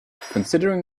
considering